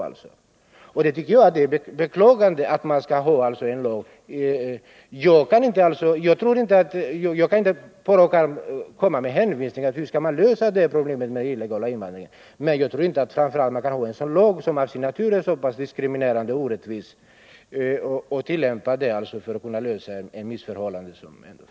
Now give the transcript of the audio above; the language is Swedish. Det är beklagligt. Jag kan inte på rak arm tala om hur man skall lösa problemet med den illegala invandringen, men jag tycker inte att man för att komma till rätta med missförhållandena på det här området kan ha en lag som till sin natur är så diskriminerande och orättvis.